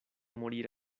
morir